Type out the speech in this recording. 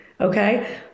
Okay